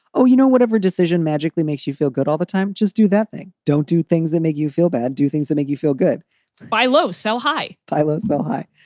oh, you know, whatever decision magically makes you feel good all the time. just do that thing. don't do things that make you feel bad. do things that make you feel good buy low. sell high. buy low. sell high.